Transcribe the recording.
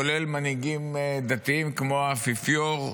כולל מנהיגים דתיים כמו האפיפיור,